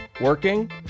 working